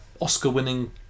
Oscar-winning